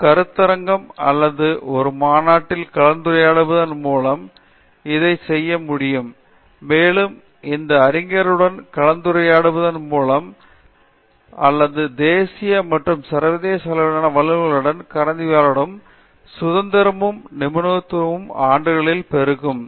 ஒரு கருத்தரங்கம் அல்லது ஒரு மாநாட்டில் கலந்துரையாடுவதன் மூலம் இதைச் செய்ய முடியும் மேலும் இந்த அறிஞருடன் கலந்துரையாடுவதன் மூலம் அல்லது தேசிய மற்றும் சர்வதேச அளவிலான வல்லுனர்களுடன் கலந்துரையாடலும் சுதந்திரமும் நிபுணத்துவமும் ஆண்டுகளில் பெருகும்